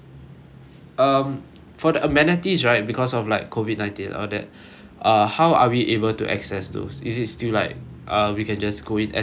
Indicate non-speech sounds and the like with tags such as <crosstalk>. um for the amenities right because of like COVID nineteen all that <breath> uh how are we able to access those is it still like uh we can just go in as whenever we want